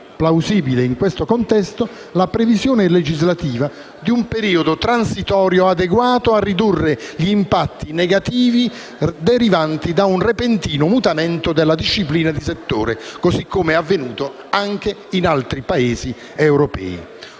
plausibile in questo contesto la previsione legislativa di un periodo transitorio adeguato a ridurre gli impatti negativi derivanti da un repentino mutamento della disciplina di settore, così come avvenuto anche in altri Paesi europei.